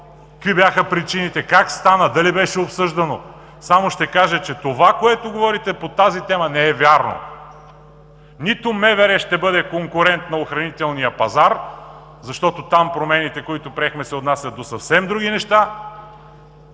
Какви бяха причините? Как стана? Дали беше обсъждано? Само ще кажа, че това, което говорите по тази тема, не е вярно. Нито МВР ще бъде конкурент на охранителния пазар, защото там промените, които приехме, се отнасят до съвсем други неща,